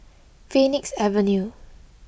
Phoenix Avenue